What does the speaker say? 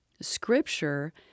scripture